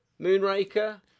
Moonraker